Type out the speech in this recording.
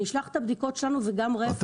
אני אשלח את הבדיקות שלנו וגם התייחסויות